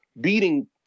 Beating